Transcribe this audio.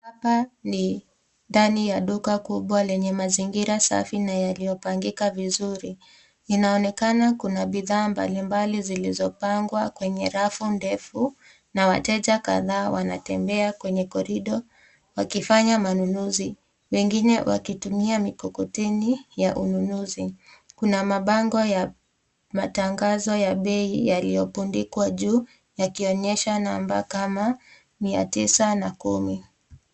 Hapa ni ndani ya kubwa lenye mazingira safi na yaliyopangika vizuri. Inaonekana kuna bidhaa mbali mbali zilizopangwa kwenye rafu ndefu na wateja kadhaa wanatembea kwenye korido wakifanya manunuzi. Wengine wakitumia mikotoneni ya ununuzi kuna mabango ya matangazo ya bei yaliyopundikwa juu, yakionesha namba kama mia tisa na kumi.